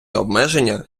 обмеження